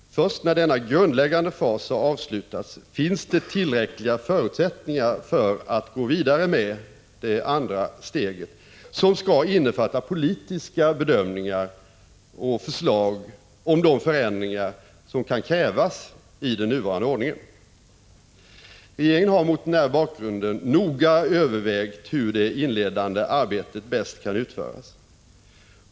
Först när denna grundläggande fas har avslutats finns det tillräckliga förutsättningar för att gå vidare med det andra steget, som skall innefatta politiska bedömningar och förslag till de förändringar som kan krävas i den nuvarande ordningen. Regeringen har mot denna bakgrund noga övervägt hur det inledande arbetet bäst kan utföras.